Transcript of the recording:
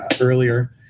earlier